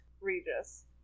Regis